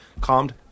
calmed